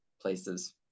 places